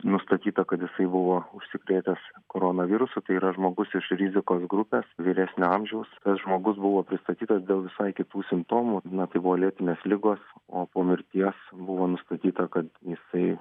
nustatyta kad jisai buvo užsikrėtęs koronavirusu tai yra žmogus iš rizikos grupės vyresnio amžiaus tas žmogus buvo pristatytas dėl visai kitų simptomų na tai buvo lėtinės ligos o po mirties buvo nustatyta kad jisai